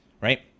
right